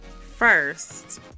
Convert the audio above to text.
First